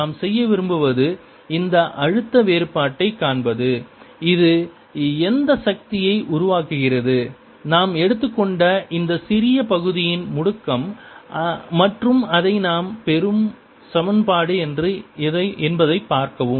நாம் செய்ய விரும்புவது இந்த அழுத்த வேறுபாட்டைக் காண்பது அது எந்த சக்தியை உருவாக்குகிறது நாம் எடுத்துக்கொண்ட இந்த சிறிய பகுதியின் முடுக்கம் மற்றும் அதை நாம் பெறும் சமன்பாடு என்ன என்பதைப் பார்க்கவும்